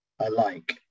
alike